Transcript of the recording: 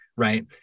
Right